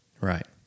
Right